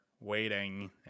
waiting